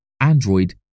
Android